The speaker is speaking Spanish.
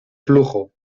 flujo